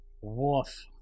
Woof